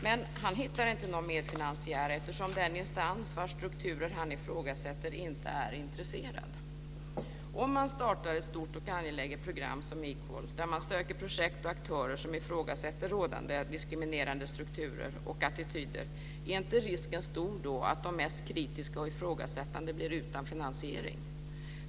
Men han hittar inte någon medfinansiär, eftersom den instans vars strukturer han ifrågasätter inte är intresserad. Om man startar ett stort och angeläget program som Equal, där man söker projekt och aktörer som ifrågasätter rådande diskriminerande strukturer och attityder, är inte risken stor att de mest kritiska och ifrågasättande då blir utan finansiering?